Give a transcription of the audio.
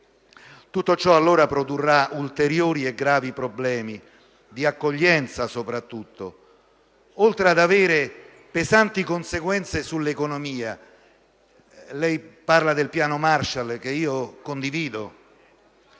Tutto ciò allora produrrà ulteriori e gravi problemi di accoglienza, soprattutto, oltre ad avere pesanti conseguenze sull'economia. Lei parla di piano Marshall, che io condivido,